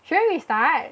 should I restart